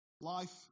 Life